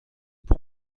pour